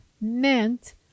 meant